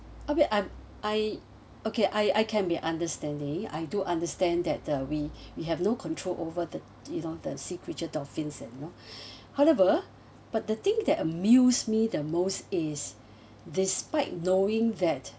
okay I'm~ I okay I I can be understanding I do understand that the we we have no control over the you know the sea creature dolphins and you know however but the thing that amuse me the most is despite knowing that